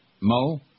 Mo